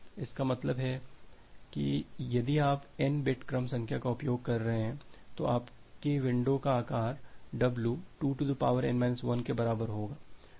इसका मतलब है कि यदि आप n बिट क्रम संख्या का उपयोग कर रहे हैं तो आपके विंडो का आकार w 2n 1 के बराबर होगा